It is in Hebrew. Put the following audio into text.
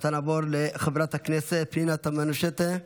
עתה נעבור לחברת הכנסת פנינה תמנו שטה.